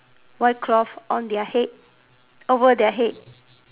white cloth on their head over their head